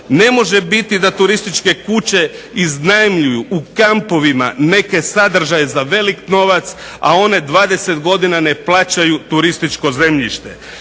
Ne može biti da turističke kuće iznajmljuju u kampovima neke sadržaje za velik novac, a one 20 godina ne plaćaju turističko zemljište.